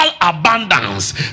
abundance